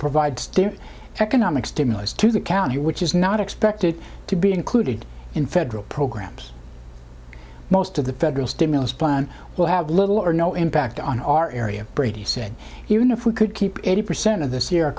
their economic stimulus to the county which is not expected to be included in federal programs most of the federal stimulus plan will have little or no impact on our area brady said even if we could keep eighty percent of this year